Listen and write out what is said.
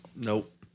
Nope